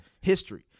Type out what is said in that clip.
History